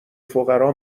فقرا